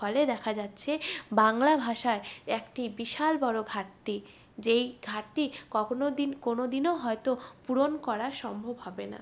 ফলে দেখা যাচ্ছে বাংলা ভাষার একটি বিশাল বড়ো ঘাটতি যেই ঘাটতি কখনো দিন কোনো দিনও হয়তো পূরণ করা সম্ভব হবে না